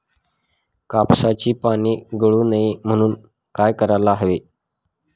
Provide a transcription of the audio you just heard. कापसाची पाने गळू नये म्हणून काय करायला हवे?